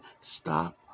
stop